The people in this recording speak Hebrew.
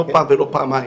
לא פעם ולא פעמיים,